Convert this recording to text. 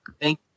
Thank